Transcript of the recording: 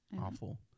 awful